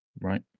right